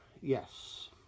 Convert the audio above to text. yes